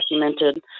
documented